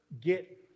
get